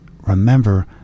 remember